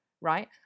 right